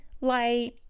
light